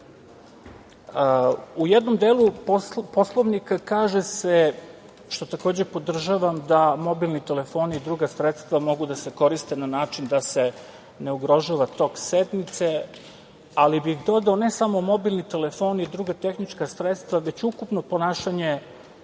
jednom delu Poslovnika kaže se, što takođe podržavam, da mobilni telefoni i druga sredstva mogu da se koriste na način da se ne ugrožava tok sednice, ali bih dodao – ne samo mobilni telefoni i druga tehnička sredstva, već ukupno ponašanje